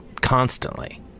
constantly